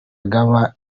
agaba